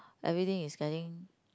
everything is getting